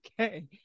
Okay